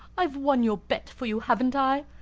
i've won your bet for you, haven't i?